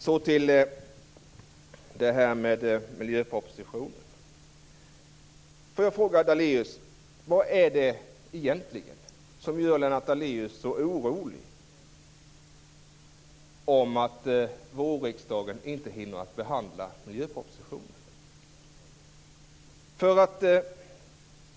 Så till miljöpropositionen. Får jag fråga Lennart Daléus vad det är som gör honom så orolig på grund av att vårriksdagen inte hinner behandla miljöpropositionen.